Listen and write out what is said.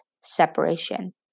separation